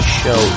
show